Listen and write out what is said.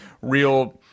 real